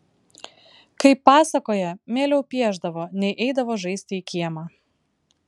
kaip pasakoja mieliau piešdavo nei eidavo žaisti į kiemą